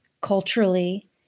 culturally